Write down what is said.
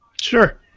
Sure